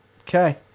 Okay